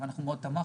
זה חל על כל עובד,